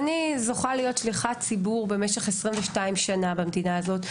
אני זוכה להיות שליחת ציבור במשך 22 שנה במדינה הזאת,